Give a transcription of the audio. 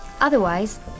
Otherwise